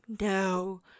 no